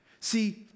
See